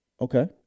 Okay